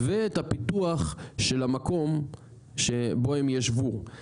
ואת הפיתוח של המקום שבו הם יישבו.